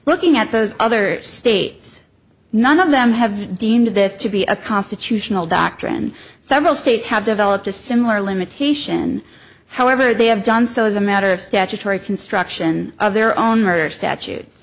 looking at those other states none of them have deemed this to be a constitutional doctrine several states have developed a similar limitation however they have done so as a matter of statutory construction of their own murder statutes